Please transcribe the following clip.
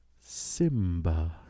Simba